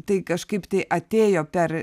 tai kažkaip tai atėjo per